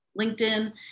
LinkedIn